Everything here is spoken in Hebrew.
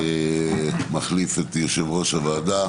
אני מחליף את יושב-ראש הוועדה